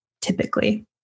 typically